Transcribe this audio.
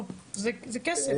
זה כסף.